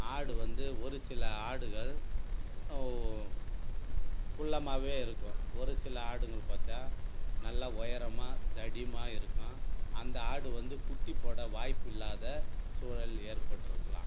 ஆடு வந்து ஒரு சில ஆடுகள் ஓ குள்ளமாவே இருக்கும் ஒரு சில ஆடுகள் பார்த்தா நல்லா உயரமா தடிமா இருக்கும் அந்த ஆடு வந்து குட்டி போட வாய்ப்பு இல்லாத சூழல் ஏற்பட்டுருக்கலாம்